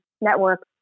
network